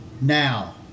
now